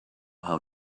how